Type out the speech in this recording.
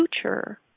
future